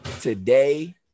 Today